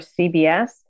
CBS